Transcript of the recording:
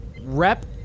rep